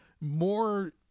more